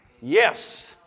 Yes